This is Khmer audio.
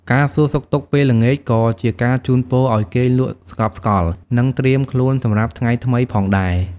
ការសួរសុខទុក្ខពេលល្ងាច ក៏ជាការជូនពរឲ្យគេងលក់ស្កប់ស្កល់ និងត្រៀមខ្លួនសម្រាប់ថ្ងៃថ្មីផងដែរ។